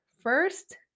first